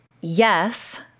yes